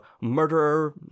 murderer